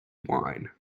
wine